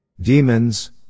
Demons